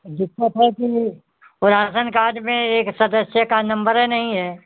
दिक्कत है कि वो राशन कार्ड में एक सदस्य का नंबर ही नहीं है